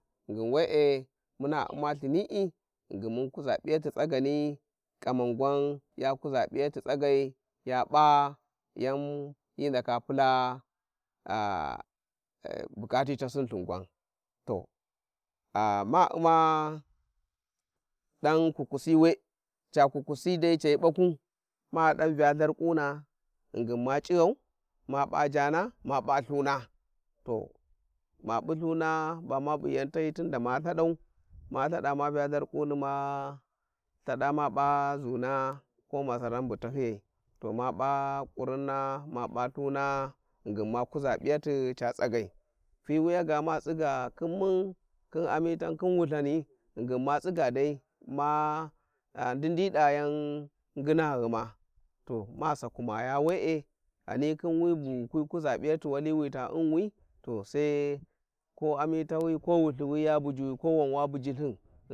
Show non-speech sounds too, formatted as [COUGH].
ghingin we'e muna u`ma lthini`i ghingin mun Kuza piyati tsagani kaman gwan ya kuza p`iyati tsagai ya pa yan hi ndaka pula [HESITATION] bukatitasin thingwan to ah-ma u`ma [NOISE] dan kupusi we ca kukus dai cahi baku ma dai vya lharkuna ghingin ma cighan ma p`a jaana ma p`a Ithu na to ma p`i thuna bama p'i yan tahyiyi tunda ma Ithadau, ma ithada ma vya Lharkuna Malthada ma p`a zuuna tor masaran bu tahyiya to ma pa kurinna ma p`a thana ghingin. makuza pi yati ca tsagai Fiwiya ga Matsiga khin gmilan khin walthani ghinagin matsiya dai ma ndin-dida yan nging ghuma to ma sekurmaya we`e ghani khi wi kuza piyati wali wita unwito sai, ko wi wi ya bujiwi ko wan wa bujilthin.